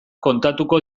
kontatuko